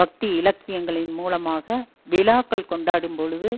பக்தி இலக்கியங்களின் மூலமாக விழாக்கள் கொண்டாடும்பொழுது